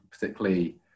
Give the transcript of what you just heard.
particularly